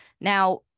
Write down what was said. Now